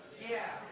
yeah,